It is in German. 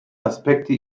aspekte